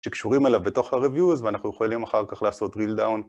שקשורים אליו בתוך ה-reviews, ואנחנו יכולים אחר כך לעשות drill-down.